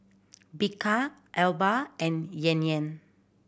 Bika Alba and Yan Yan